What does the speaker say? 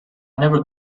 never